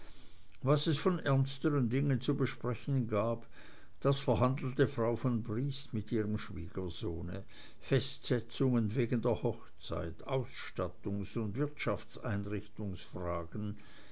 was es von ernsteren dingen zu besprechen gab das verhandelte frau von briest mit ihrem schwiegersohn festsetzungen wegen der hochzeit ausstattungs und